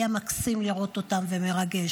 היה מקסים לראות אותן ומרגש.